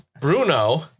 Bruno